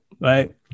Right